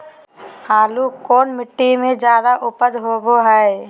आलू कौन मिट्टी में जादा ऊपज होबो हाय?